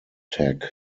tech